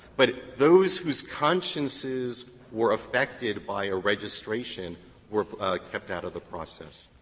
but those whose consciences were affected by a registration were kept out of the process.